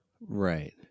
Right